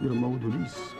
ir maudulys